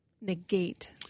negate